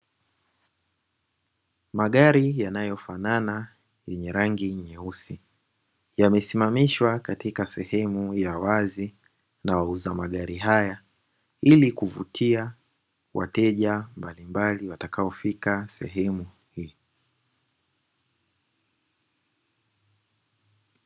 Magari yanayofanana yenye rangi nyeusi yamesimamishwa katika sehemu ya wazi na wauza magari haya, ili kuvutia wateja mbalimbali watakaofika sehemu hii.